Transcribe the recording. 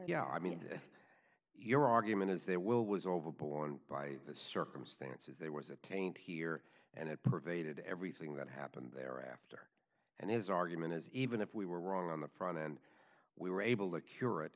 yeah i mean your argument is they will was over borne by the circumstances there was a taint here and it pervaded everything that happened thereafter and his argument is even if we were wrong on the front end we were able to cure it